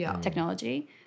technology